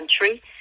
country